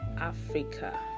africa